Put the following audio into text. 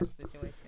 situation